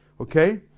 Okay